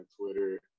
Twitter